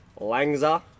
Langza